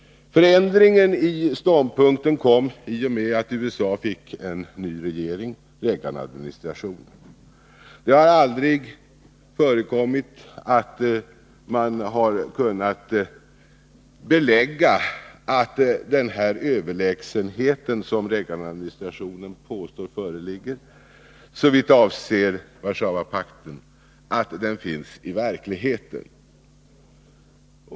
Förändringen av ståndpunkten kom i och med att USA fick en ny regering, Reaganadministrationen. Man har aldrig kunnat belägga att den överlägsenhet som Reaganadministrationen påstår föreligger såvitt avser Warszawapakten finns i verkligheten.